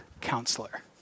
counselor